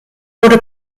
wurde